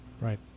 Right